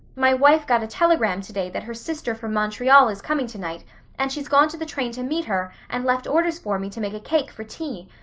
my wife got a telegram today that her sister from montreal is coming tonight and she's gone to the train to meet her and left orders for me to make a cake for tea.